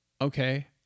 Okay